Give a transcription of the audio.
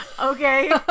Okay